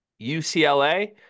UCLA